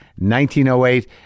1908